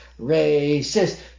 racist